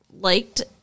liked